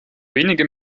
wenige